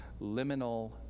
liminal